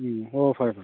ꯎꯝ ꯍꯣꯏ ꯍꯣꯏ ꯐꯔꯦ ꯐꯔꯦ